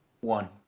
One